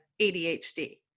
ADHD